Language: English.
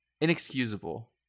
inexcusable